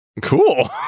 Cool